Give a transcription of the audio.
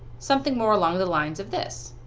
something more along the lines of this,